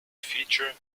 feature